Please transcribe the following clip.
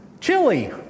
Chili